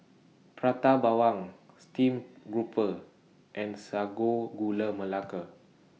Prata Bawang Steamed Grouper and Sago Gula Melaka